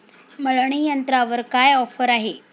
मळणी यंत्रावर काय ऑफर आहे?